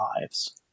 lives